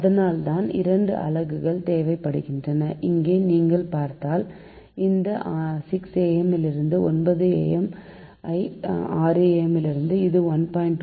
அதனால்தான் 2 அலகுகள் தேவைபடுகின்றன இங்கே நீங்கள் பார்த்தால் இந்த 6 am லிருந்து 9 pm ஐ 6 am ல் இது 1